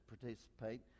participate